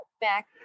Back